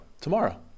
tomorrow